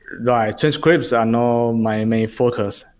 right. transcripts are not my main focus.